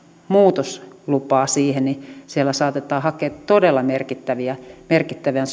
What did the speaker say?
muutoslupaa siihen siellä saatetaan hakea todella merkittävän